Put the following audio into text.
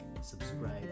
subscribe